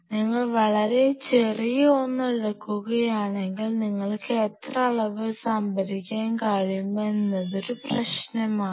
നിങ്ങൾ വളരെ ചെറിയ ഒന്ന് എടുക്കുകയാണെങ്കിൽ നിങ്ങൾക്ക് എത്ര അളവ് സംഭരിക്കാൻ കഴിയുമെന്നതൊരു പ്രശ്നമാണ്